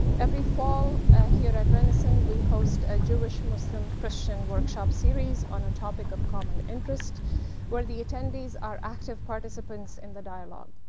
every fall ah here at renison we host a jewish-muslim-christian workshop series on a topic of common interest where the attendees are active participants in the dialogue.